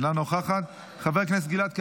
אינה נוכחת, חבר הכנסת גלעד קריב,